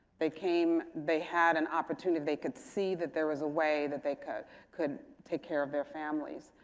they came they had an opportunity. they could see that there was a way that they could could take care of their families,